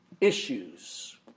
issues